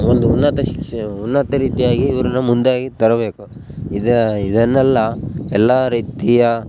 ಒಂದು ಉನ್ನತ ಶಿಕ್ಷಣ ಉನ್ನತ ರೀತಿಯಾಗಿ ಇವ್ರನ್ನು ಮುಂದಾಗಿ ತರಬೇಕು ಇದು ಇದನ್ನೆಲ್ಲ ಎಲ್ಲ ರೀತಿಯ